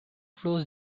flows